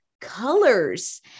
colors